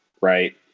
right